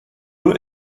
eux